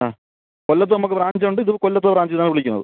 ആ കൊല്ലത്തും നമ്മൾക്ക് ബ്രാഞ്ചുണ്ട് ഇത് കൊല്ലത്ത് ബ്രാഞ്ചിൽ നിന്നാണ് വിളിക്കുന്നത്